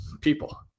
people